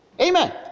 Amen